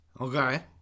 Okay